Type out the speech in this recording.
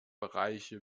bereiche